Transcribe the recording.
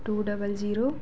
two double zero